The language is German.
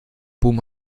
boom